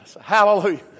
Hallelujah